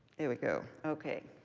there we go. okay.